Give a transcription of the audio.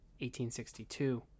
1862